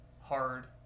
hard